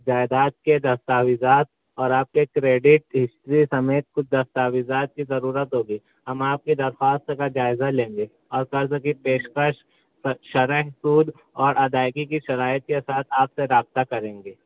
جائیداد کے دستاویزات اور آپ کے کریڈٹ ہسٹری سمیت کچھ دستاویزات کی ضرورت ہوگی ہم آپ کی درخواست کا جائزہ لیں گے اور قرض کی پیشکش شرح سود اور ادائیگی کی شرائط کے ساتھ آپ سے رابطہ کریں گے